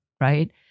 right